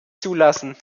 zulassen